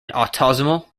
autosomal